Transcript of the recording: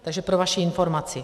Takže pro vaši informaci.